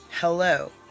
Hello